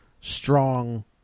strong